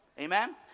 Amen